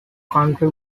country